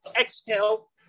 exhale